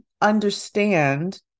understand